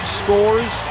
scores